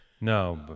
No